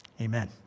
Amen